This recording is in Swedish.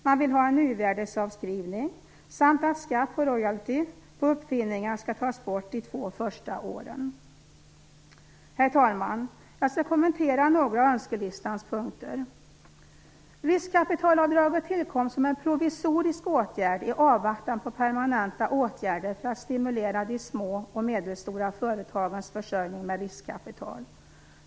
Man vill ha en nuvärdesavskrivning, och man vill att skatt på royalty på uppfinningar skall tas bort de två första åren. Herr talman! Jag skall kommentera några av önskelistans punkter. Riskkapitalavdraget tillkom som en provisorisk åtgärd i avvaktan på permanenta åtgärder för att stimulera de små och medelstora företagens försörjning med riskkapital.